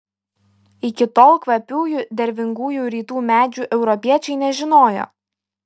iki tol kvapiųjų dervingųjų rytų medžių europiečiai nežinojo